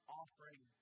offering